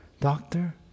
doctor